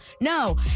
No